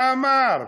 מה אמר?